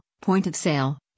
Point-of-Sale